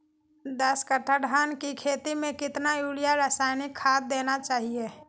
दस कट्टा धान की खेती में कितना यूरिया रासायनिक खाद देना चाहिए?